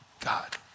God